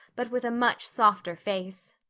but with a much softer face.